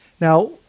Now